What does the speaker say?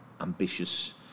ambitious